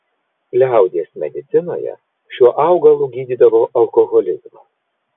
liaudies medicinoje šiuo augalu gydydavo alkoholizmą